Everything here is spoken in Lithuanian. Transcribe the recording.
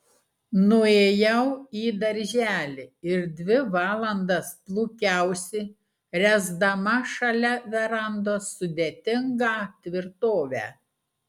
nuėjau į darželį ir dvi valandas plūkiausi ręsdama šalia verandos sudėtingą tvirtovę